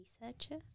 researcher